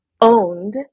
owned